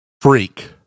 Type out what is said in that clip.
freak